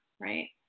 Right